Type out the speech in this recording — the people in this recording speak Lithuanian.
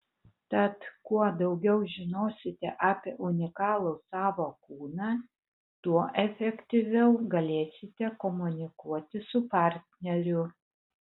tad kuo daugiau žinosite apie unikalų savo kūną tuo efektyviau galėsite komunikuoti su partneriu